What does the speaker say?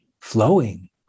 flowing